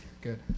good